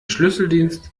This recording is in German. schlüsseldienst